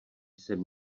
jsem